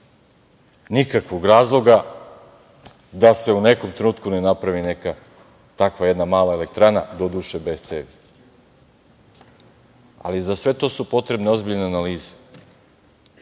nikakvog razloga da se u nekom trenutku ne napravi neka takva jedna mala elektrana, doduše bez cevi.Za sve to su potrebne ozbiljne analize.